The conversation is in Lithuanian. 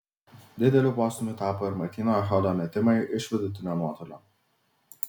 dideliu postūmiu tapo ir martyno echodo metimai iš vidutinio nuotolio